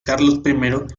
carlos